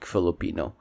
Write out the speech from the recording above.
Filipino